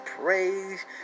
praise